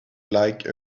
like